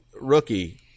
rookie